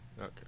Okay